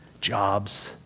jobs